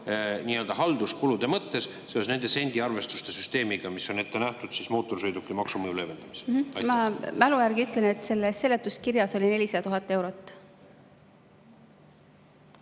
halduskulude mõttes seoses selle sendiarvestuste süsteemiga, mis on ette nähtud mootorsõidukimaksu mõju leevendamiseks. Ma mälu järgi ütlen, et selles seletuskirjas oli 400 000 eurot.